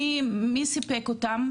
מי סיפק אותם?